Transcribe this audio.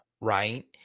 right